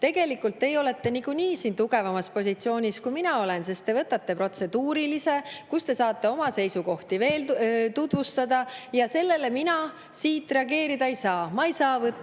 Tegelikult teie olete niikuinii siin tugevamas positsioonis, kui mina olen, sest te võtate protseduurilise, kus te saate oma seisukohti veel tutvustada, ja sellele mina siit reageerida ei saa. Ma ei saa võtta